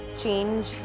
change